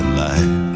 life